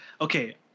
okay